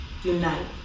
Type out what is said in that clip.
Unite